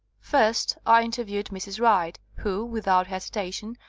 first i interviewed mrs. wright, who, without hesitation,